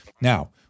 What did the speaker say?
Now